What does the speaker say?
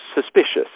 suspicious